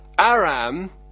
Aram